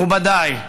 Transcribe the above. מכובדיי,